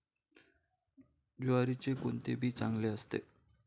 ज्वारीचे कोणते बी चांगले असते?